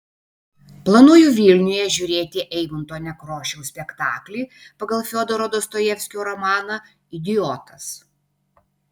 planuoju vilniuje žiūrėti eimunto nekrošiaus spektaklį pagal fiodoro dostojevskio romaną idiotas